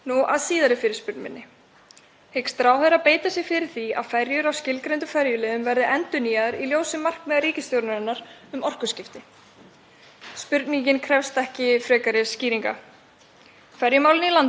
Spurningin krefst ekki frekari skýringa. Ferjumálin í landinu eru almennt í ólagi nema kannski til Vestmannaeyja. Baldur er lélegt skip sem hefur ítrekað bilað og síðast þannig að næstum hlaust hræðileg slys af.